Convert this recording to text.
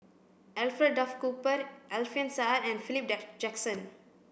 Alfred Duff Cooper Alfian Sa'at and Philip Jackson